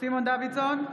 סימון דוידסון,